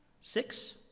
six